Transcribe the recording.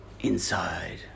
inside